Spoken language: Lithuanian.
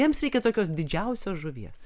jiems reikia tokios didžiausios žuvies